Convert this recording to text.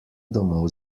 domov